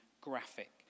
graphic